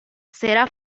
será